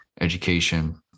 education